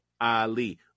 Ali